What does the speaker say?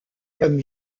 comme